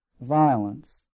violence